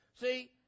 See